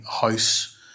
house